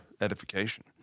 edification